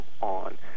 on